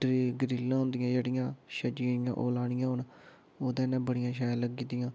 एह् ग्रिल होंदियां जेह्ड़ियां छज्जियां ओह् लानियां होन ओह्दे नै बड़ियां शैल लग्गी दियां